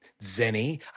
Zenny